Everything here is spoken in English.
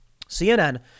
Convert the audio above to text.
CNN